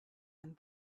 and